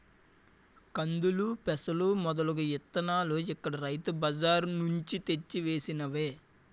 కందులు, పెసలు మొదలగు ఇత్తనాలు ఇక్కడ రైతు బజార్ నుంచి తెచ్చి వేసినవే